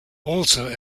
also